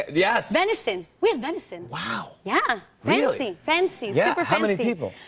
yeah venison. we had venison. wow! yeah. fancy. fancy yeah. how many people?